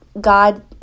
God